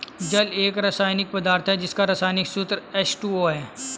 जल एक रसायनिक पदार्थ है जिसका रसायनिक सूत्र एच.टू.ओ है